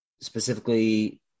Specifically